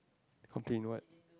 complain what